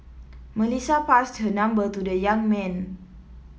Melissa passed her number to the young man